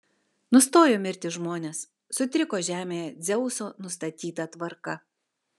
nustojo mirti žmonės sutriko žemėje dzeuso nustatyta tvarka